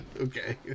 Okay